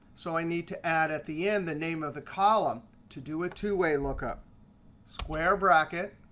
so i need to add at the end the name of the column to do a two way lookup. square bracket,